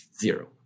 zero